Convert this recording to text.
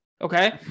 Okay